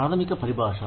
ప్రాథమిక పరిభాష